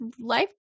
life